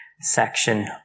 section